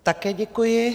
Také děkuji.